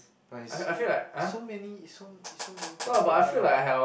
but is so is so many is so is so many people now